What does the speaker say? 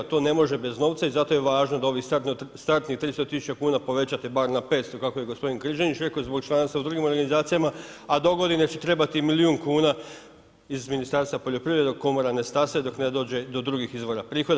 To ne može bez novca i zato je važno da ovih startnih 300 000 kuna povećate bar na 500, kako je gospodin Križanić rekao, zbog članstva u drugim organizacijama, a dogodine će trebati i milijun kuna iz Ministarstva poljoprivrede dok komora ne stasa i dok ne dođe do drugih izvora, prihoda.